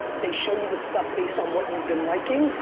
they show you the stuff based on what you've been liking,